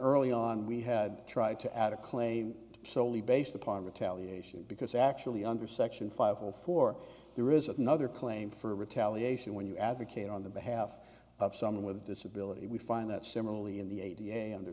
early on we had tried to add a claim solely based upon retaliation because actually under section five of four there is another claim for retaliation when you advocate on the behalf of someone with a disability we find that similarly in the a da under